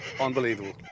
unbelievable